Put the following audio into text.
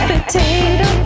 Potato